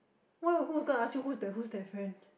who who's gonna ask you who's that who's that friend